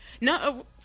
no